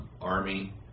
army